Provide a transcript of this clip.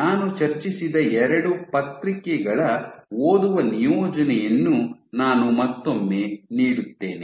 ನಾನು ಚರ್ಚಿಸಿದ ಎರಡು ಪತ್ರಿಕೆಗಳ ಓದುವ ನಿಯೋಜನೆಯನ್ನು ನಾನು ಮತ್ತೊಮ್ಮೆ ನೀಡುತ್ತೇನೆ